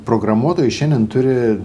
programuotojai šiandien turi